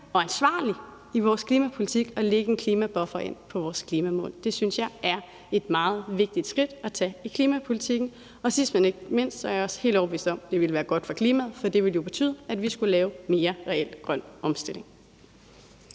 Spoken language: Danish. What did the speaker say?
og ansvarlige i vores klimapolitik og lægge en klimabuffer ind for vores klimamål. Det synes jeg er et meget vigtigt skridt at tage i klimapolitikken. Og sidst, men ikke mindst, er jeg også helt overbevist om, at det ville være godt for klimaet, for det ville jo betyde, at vi skulle lave mere reel grøn omstilling.